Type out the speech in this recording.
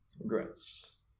Regrets